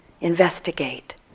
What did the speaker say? Investigate